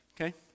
Okay